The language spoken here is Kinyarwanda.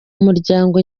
muryango